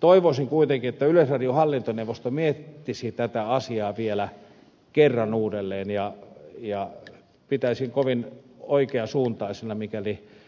toivoisin kuitenkin että yleisradion hallintoneuvosto miettisi tätä asiaa vielä kerran uudelleen ja pitäisin kovin oikeansuuntaisena mikäli kaikki